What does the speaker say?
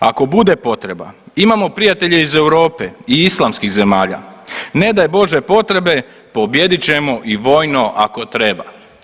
Ako bude potreba imamo prijatelje iz Europe i islamskih zemalja, ne daj Bože potrebe, pobijedit ćemo i vojno ako treba.